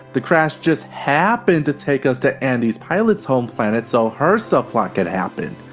the crash just happen to take us to andi's pilot's home planet so her subplot can happen.